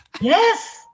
Yes